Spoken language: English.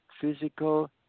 physical